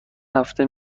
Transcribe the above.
هفته